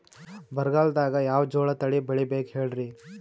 ಬರಗಾಲದಾಗ್ ಯಾವ ಜೋಳ ತಳಿ ಬೆಳಿಬೇಕ ಹೇಳ್ರಿ?